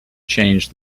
change